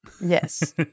Yes